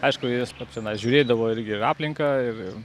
aišku jis pats čenais žiūrėdavo irgi aplinką ir